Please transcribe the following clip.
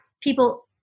people